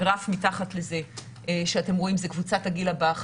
הגרף מתחת לזה שאתם רואים זו קבוצת הגיל הבאה,